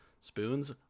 Spoons